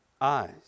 eyes